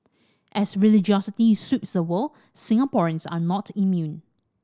as religiosity sweeps the world Singaporeans are not immune